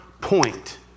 point